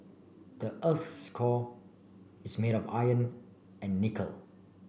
the earth's core is made of iron and nickel